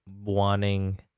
wanting